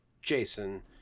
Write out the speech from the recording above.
Jason